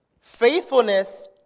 Faithfulness